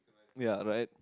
ya right